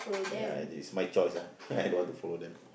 ya and it's my choice ah I don't want to follow them